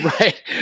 right